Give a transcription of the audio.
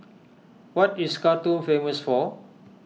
what is Khartoum famous for